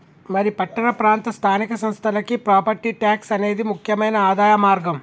మరి పట్టణ ప్రాంత స్థానిక సంస్థలకి ప్రాపట్టి ట్యాక్స్ అనేది ముక్యమైన ఆదాయ మార్గం